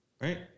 Right